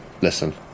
listen